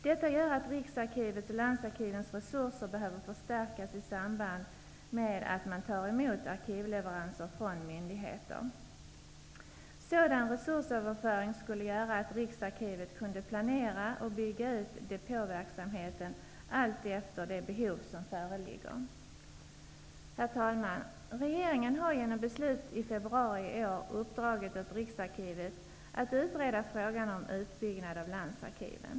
Detta gör att Riksarkivets och landsarkivens resurser behöver förstärkas i samband med att man tar emot arkivleveranser från myndigheter. Sådan resursöverföring skulle göra att Riksarkivet kunde planera och bygga ut depåverksamheten alltefter de behov som föreligger. Herr talman! Regeringen har genom beslut i februari i år uppdragit åt Riksarkivet att utreda frågan om utbyggnad av landsarkiven.